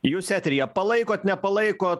jūs eteryje palaikot nepalaiko